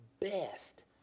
best